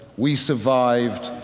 we survived.